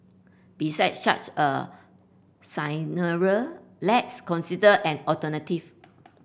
besides such a scenario let's consider an alternative